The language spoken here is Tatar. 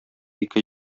ике